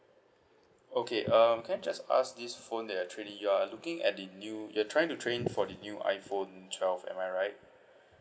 okay um can I just ask this phone that you're trading you're looking at the new you're trying to trade in for the new iphone twelve am I right